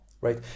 right